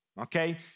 okay